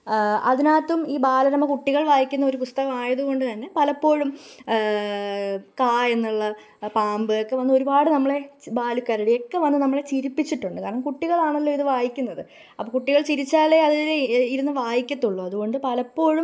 അതിനകത്തും ഈ ബാലരമ കുട്ടികള് വായിക്കുന്ന ഒരു പുസ്തകമായത് കൊണ്ട് തന്നെ പലപ്പോഴും കാ എന്നുള്ള പാമ്പ് ഒക്കെ വന്നു ഒരുപാട് നമ്മളെ ബാലുക്കരടിയൊക്കെ വന്നു നമ്മളെ ചിരിപ്പിച്ചിട്ടുണ്ട് കാരണം കുട്ടികളാണല്ലോ ഇത് വായിക്കുന്നത് അപ്പോൾ കുട്ടികള് ചിരിച്ചാലേ അവർ ഇരുന്ന് വായിക്കത്തുള്ളു അതുകൊണ്ട് പലപ്പോഴും